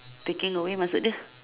taking away maksud dia